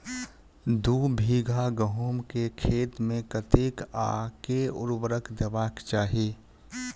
दु बीघा गहूम केँ खेत मे कतेक आ केँ उर्वरक देबाक चाहि?